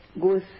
goes